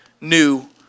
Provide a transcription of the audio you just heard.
new